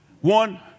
One